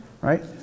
right